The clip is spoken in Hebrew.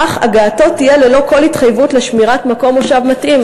אך הגעתו תהיה ללא כל התחייבות לשמירת מקום מושב מתאים.